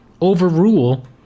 overrule